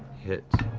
hit,